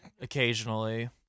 occasionally